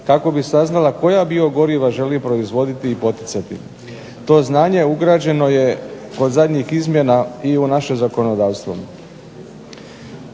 kako bi saznala koja biogoriva želi proizvoditi i poticati. To znanje ugrađeno je kod zadnjih izmjena i u naše zakonodavstvo.